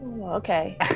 okay